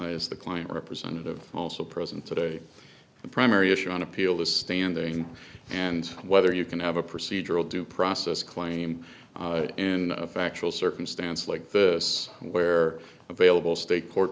is the client representative also present today the primary issue on appeal is standing and whether you can have a procedural due process claim in a factual circumstance like this where available state court